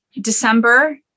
december